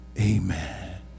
Amen